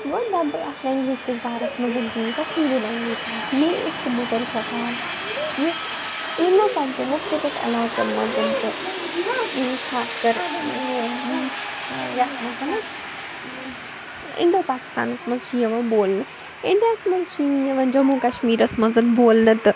گۄڈٕ دَپہٕ بہٕ اَتھ لنٛگویج کِس بارَس منٛزکیٚنٛہہ یہِ کَشمیٖری لَنٛگویج چھِ اَکھ میٖٹھ تہٕ مٔدٕرزبان یُس ہنٛدوستان کٮ۪ن مختلف علاقَن منٛز تہٕ خاص کر یَتھ منٛز اِنٛڈَو پاکِستانَس منٛز چھِ یِوَان بولنہٕ اِنٛڈِیا ہَس منٛز چھِ یہِ یِوَان جموں کٔشمیٖرَس منٛز بولنہٕ تہٕ